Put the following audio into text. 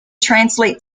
translate